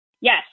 Yes